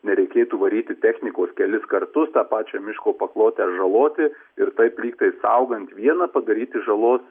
nereikėtų varyti technikos kelis kartus tą pačią miško paklotę žaloti ir taip lygtai saugant vieną padaryti žalos